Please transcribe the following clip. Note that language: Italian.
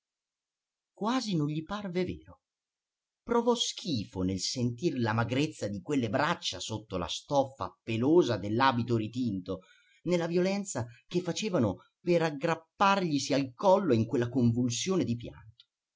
quasi non gli parve vero provò schifo nel sentir la magrezza di quelle braccia sotto la stoffa pelosa dell'abito ritinto nella violenza che facevano per aggrapparglisi al collo in quella convulsione di pianto